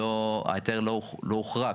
ההיתר לא הוכרע,